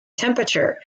temperature